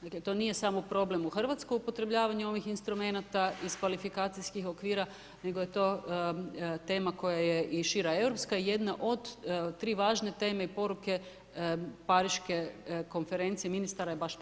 Dakle, to nije samo problem u Hrvatskoj upotrebljavanje ovih instrumenata iz kvalifikacijskih okvira nego je to tema koja je i šira europska i jedna od tri važne teme i poruke Pariške konferencije ministara je baš tako.